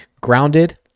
Grounded